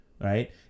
right